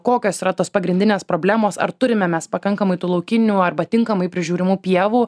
kokios yra tos pagrindinės problemos ar turime mes pakankamai tų laukinių arba tinkamai prižiūrimų pievų